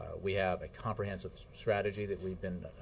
we have a comprehensive strategy that we've been